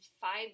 five